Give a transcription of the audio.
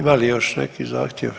Ima li još neki zahtjev?